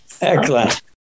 Excellent